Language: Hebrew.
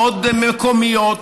מאוד מקומיות,